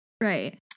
Right